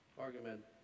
argument